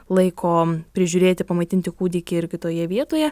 laiko prižiūrėti pamaitinti kūdikį ir kitoje vietoje